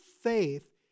faith